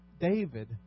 David